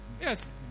Yes